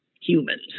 humans